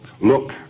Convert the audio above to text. look